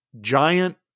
giant